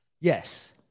Yes